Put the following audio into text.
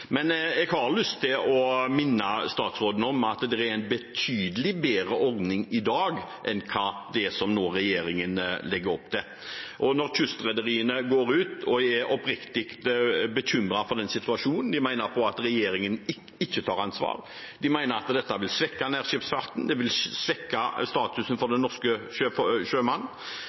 Men jeg har lyst til å minne statsråden om at det er en betydelig bedre ordning i dag enn det som regjeringen nå legger opp til. Kystrederiene går ut og er oppriktig bekymret for situasjonen. De mener at regjeringen ikke tar ansvar, de mener at dette vil svekke nærskipsfarten, det vil svekke statusen for den norske